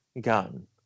gun